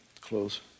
close